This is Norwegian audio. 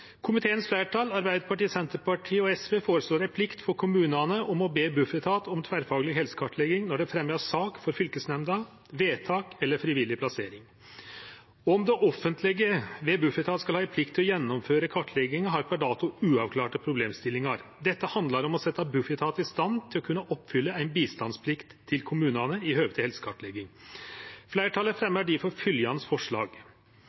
Arbeidarpartiet, Senterpartiet og SV, føreslår ei plikt for kommunane til å be Bufetat om tverrfagleg helsekartlegging når det vert fremja sak for fylkesnemnda, vedtak eller frivillig plassering. Om det offentlege ved Bufetat skal ha ei plikt til å gjennomføre kartlegging, har per dato uavklarte problemstillingar. Dette handlar om å setje Bufetat i stand til å kunne oppfylle ei bistandsplikt til kommunane i høve til helsekartlegging. Fleirtalet fremjar difor fylgjande forslag: